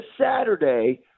saturday